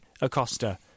Acosta